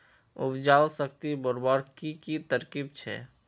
उपजाऊ शक्ति बढ़वार की की तरकीब छे?